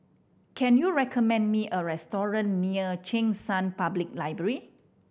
can you recommend me a restaurant near Cheng San Public Library